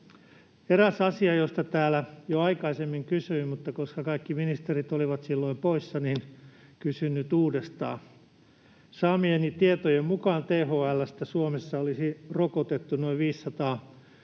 Eräästä asiasta täällä jo aikaisemmin kysyin, mutta koska kaikki ministerit olivat silloin poissa, kysyn nyt uudestaan. THL:stä saamieni tietojen mukaan Suomessa olisi rokotettu noin 565 000